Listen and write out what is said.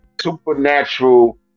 supernatural